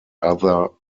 other